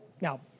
Now